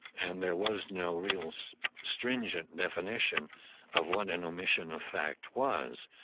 and there was no real so stringent definition of what an omission of fact was.